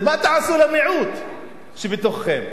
מה תעשו למיעוט שבתוככם?